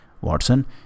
Watson